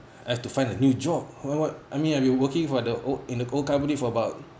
I have to find a new job what what I mean I've been working for the old in the old company for about